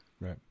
Right